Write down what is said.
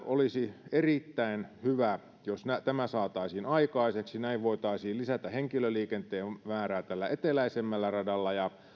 olisi erittäin hyvä jos tämä saataisiin aikaiseksi näin voitaisiin lisätä henkilöliikenteen määrää tällä eteläisemmällä radalla ja